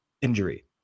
injury